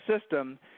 system